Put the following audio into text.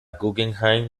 guggenheim